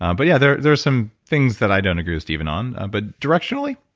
um but yeah. there's there's some things that i don't agree with stephen on but directionally,